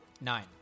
nine